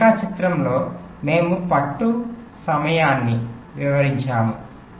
ఈ రేఖాచిత్రంలో మనము పట్టు సమయాన్ని వివరించాము